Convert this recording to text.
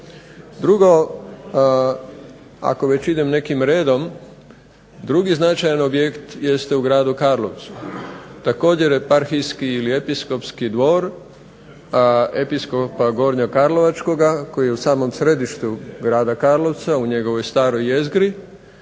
Drugo, ako već idem nekim redom, drugi značajan objekt jeste u gradu Karlovcu. Također Eparhijski ili Episkopski dvor, a Episkopa gornjokarlovačkoga koji je u samom središtu grada Karlovca u njegovoj staroj jezgri